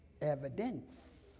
evidence